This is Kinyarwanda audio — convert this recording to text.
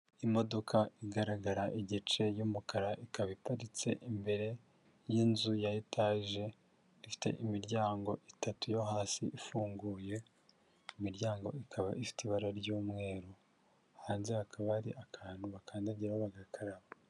Imodoka igaragara igice y'umukara, ikaba iparitse imbere y'inzu ya etaje ifite imiryango itatu yo hasi ifunguye, imiryango ikaba ifite ibara ry'umweru, hanze hakaba hari akantu bakandagiraho bagakaraba.